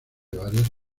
varias